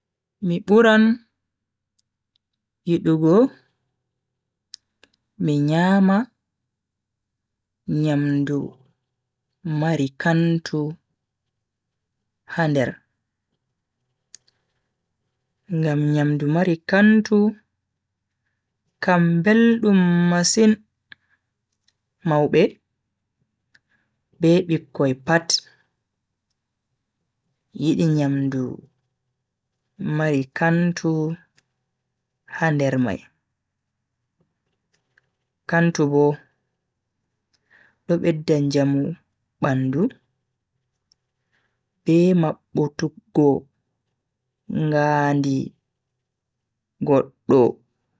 Mi buran yidugo mi nyama nyamdu mari kantu ha nder. ngam nyamdu mari kantu kam beldum masin. maube be bikkoi pat yidi nyamdu mari kantu ha nder mai. kantu bo do bedda njamu bandu be mabbutuggo ngaandi goddo.